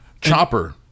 Chopper